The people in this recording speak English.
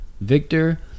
Victor